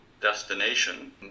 destination